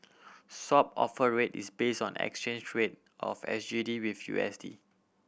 Swap Offer Rate is base on exchange rate of S G D with U S D